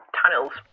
tunnels